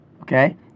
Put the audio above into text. Okay